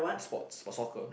sports or soccer